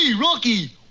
Rocky